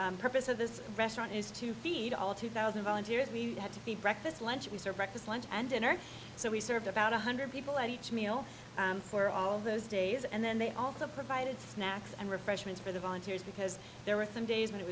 the purpose of this restaurant is to feed all two thousand volunteers we had to feed breakfast lunch we serve breakfast lunch and dinner so we served about one hundred people at each meal for all those days and then they also provided snacks and refreshments for the volunteers because there were some days when it